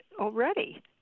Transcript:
already